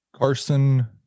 Carson